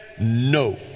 No